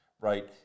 right